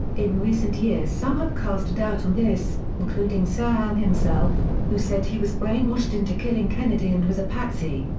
in recent years some have cast a doubt on this, including sirhan himself, who said he was brainwashed into killing kennedy and was a patsy.